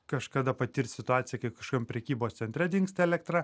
kažkada patirt situaciją kai kažkokiam prekybos centre dingsta elektra